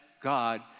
God